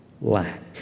lack